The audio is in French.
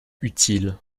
utiles